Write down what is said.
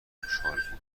خشحال